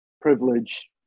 privilege